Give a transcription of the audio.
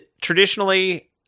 traditionally